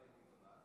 אל תדאג.